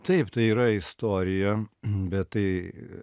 taip tai yra istorija bet tai